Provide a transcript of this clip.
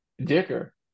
dicker